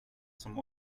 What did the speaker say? som